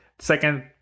Second